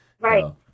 Right